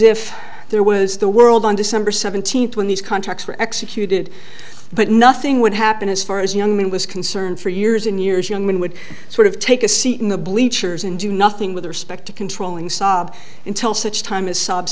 if there was the world on december seventeenth when these contacts were executed but nothing would happen as far as young men was concerned for years and years young men would sort of take a seat in the bleachers and do nothing with respect to controlling sob until such